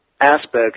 aspects